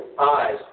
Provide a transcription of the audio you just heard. eyes